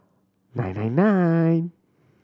nine nine nine